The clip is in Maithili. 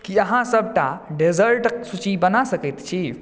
की अहाँ सबटा डेजर्टक सूची बना सकैत छी